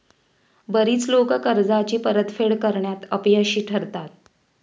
बरीच लोकं कर्जाची परतफेड करण्यात अपयशी ठरतात